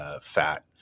fat